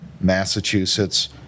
Massachusetts